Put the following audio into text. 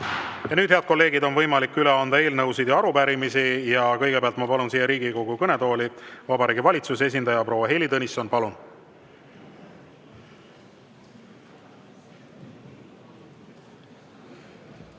nüüd, head kolleegid, on võimalik üle anda eelnõusid ja arupärimisi. Kõigepealt ma palun siia Riigikogu kõnetooli Vabariigi Valitsuse esindaja proua Heili Tõnissoni. Palun!